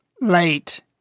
late